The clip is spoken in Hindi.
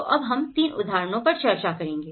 तो अब हम 3 उदाहरणों पर चर्चा करेंगे